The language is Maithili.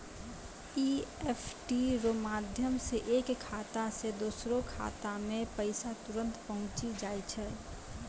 ई.एफ.टी रो माध्यम से एक खाता से दोसरो खातामे पैसा तुरंत पहुंचि जाय छै